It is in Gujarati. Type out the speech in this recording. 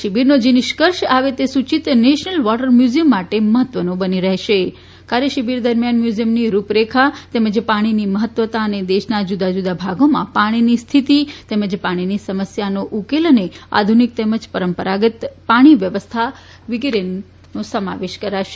શિબિરનો જે નિષ્કર્ષ આવે તે સુચિત નેશનલ વોટર મ્યુઝિયમ માટે મહત્વનો બની રહેશે દરમિયાન મ્યુઝિયમની રૂપરેખા તેમજ પાણીની મહત્વતા અને દેશના જુદા જુદા ભાગોમાં પાણીનીંતસ્થતિ તેમજ પાણીની સમસ્યાનો ઉકેલ અને આધુનિક તેમજ પરંપરાગત પાણી વ્યવસ્થા વગેરેનો સમાવેશ થાય છે